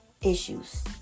issues